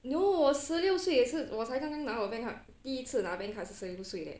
no 我十六岁也是我才刚刚拿我的 bank card 第一次拿 bank card 是十六岁 leh